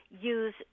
use